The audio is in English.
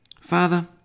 Father